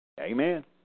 Amen